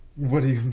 what do you